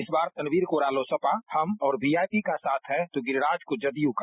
इस्बारतनवीर को रालोसपाहम और वी आयी पी का साथ है तो गिरिराज को जदयू को